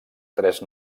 tres